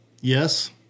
Yes